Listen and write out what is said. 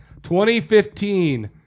2015